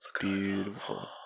beautiful